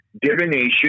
divination